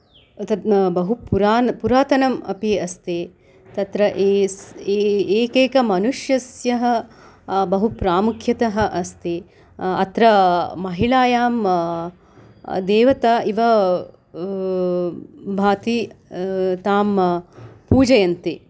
तत् बहु पुरातनम् अपि अस्ति तत्र एकैक मनुष्यस्य बहु प्रामुख्यम् अस्ति अत्र महिळायां देवता इव भाति तां पूजयन्ति